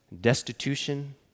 destitution